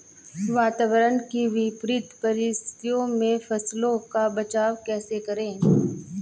वातावरण की विपरीत परिस्थितियों में फसलों का बचाव कैसे करें?